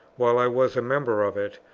while i was a member of it,